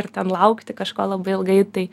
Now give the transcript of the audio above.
ir ten laukti kažko labai ilgai tai